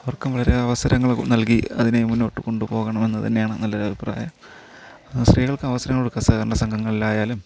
അവർക്കും വളരെ അവസരങ്ങള് നൽകി അതിനെ മുന്നോട്ടുകൊണ്ടുപോകണമെന്ന് തന്നെയാണ് നല്ലൊരഭിപ്രായം സ്ത്രീകൾക്ക് അവസരങ്ങൾ കൊടുക്കുക സഹകരണ സംഘങ്ങളിലായാലും